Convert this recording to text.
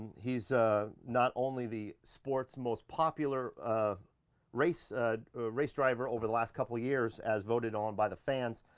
he's not only the sports most popular ah race race driver over the last couple of years as voted on by the fans,